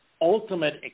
ultimate